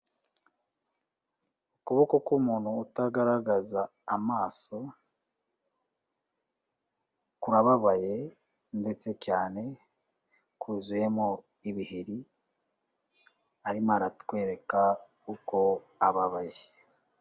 Ukuboko kumuntu utagaragaza amaso, kwababaye ndetse cyane, kuzuyemo ibiheri, arimo aratwereka uko ababaye.